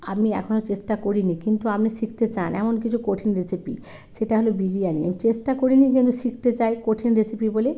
আমি এখনও চেষ্টা করিনি কিন্তু আপনি শিখতে চান এমন কিছু কঠিন রেসিপি সেটা হলো বিরিয়ানি আমি চেষ্টা করিনি কিন্তু শিখতে চাই কঠিন রেসিপি বলে